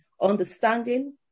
understanding